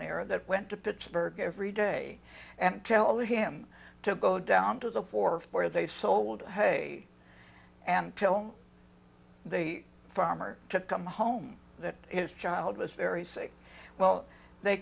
there that went to pittsburgh every day and tell him to go down to the wharf where they sold hey and tell the farmer to come home that his child was very sick well they